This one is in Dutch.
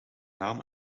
naam